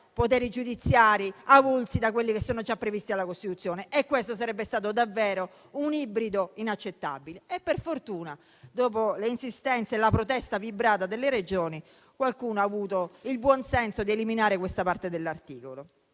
poteri giudiziari avulsi da quelli che sono già previsti dalla Costituzione, e questo sarebbe stato davvero un ibrido inaccettabile. Per fortuna, dopo le insistenze e la protesta vibrata delle Regioni, qualcuno ha avuto il buonsenso di eliminare questa parte dell'articolo.